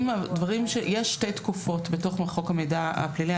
יש שתי תקופות בתוך חוק המידע הפלילי.